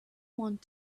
want